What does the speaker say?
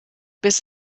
bis